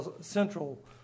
Central